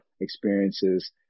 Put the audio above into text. experiences